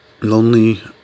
Lonely